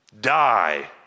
die